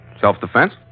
Self-defense